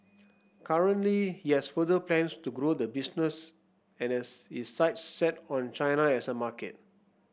currently he has further plans to grow the business and has his sights set on China as a market